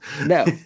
no